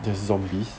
there's zombies